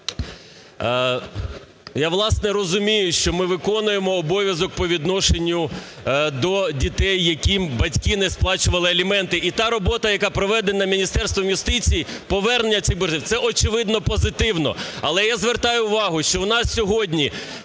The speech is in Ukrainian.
Я, власне, розумію, що ми виконуємо обов'язок по відношенню до дітей, яким батьки не сплачували аліменти. І та робота, яка проведена Міністерством юстиції, повернення цих боргів – це, очевидно, позитивно. Але я звертаю увагу, що у нас сьогодні